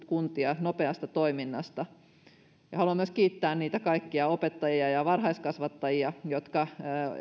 kuntia nopeasta toiminnasta haluan myös kiittää niitä kaikkia opettajia ja varhaiskasvattajia jotka